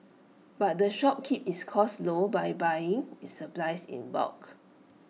but the shop keep its costs low by buying its supplies in bulk